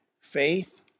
Faith